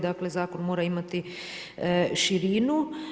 Dakle, zakon mora imati širinu.